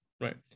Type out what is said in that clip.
Right